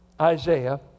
Isaiah